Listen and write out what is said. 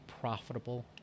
profitable